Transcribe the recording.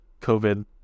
COVID